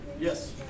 Yes